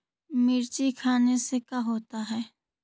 मिर्ची खाने से का होता है?